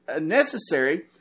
necessary